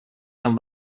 and